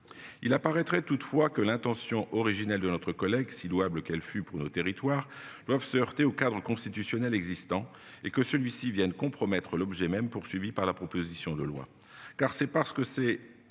Il apparaîtrait toutefois que l'intention originelle de notre collègue si louable qu'elle fut pour nos territoires doivent se heurter au cadre constitutionnel existant et que celui-ci Vienne compromettre l'objet même poursuivis par la proposition de loi car c'est pas ce que c'est